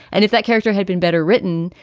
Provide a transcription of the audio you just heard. and if that character had been better written,